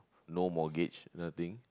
no mortgage nothing